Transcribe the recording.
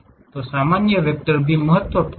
तो सामान्य वैक्टर भी महत्वपूर्ण हैं